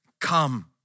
come